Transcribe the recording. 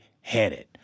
headed